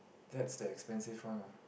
that's the expensive one lah